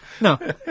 No